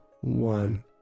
one